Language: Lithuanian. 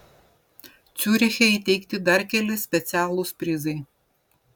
ciuriche įteikti dar keli specialūs prizai